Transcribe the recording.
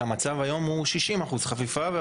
שהמצב היום הוא 60% חפיפה.